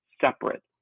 separate